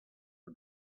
for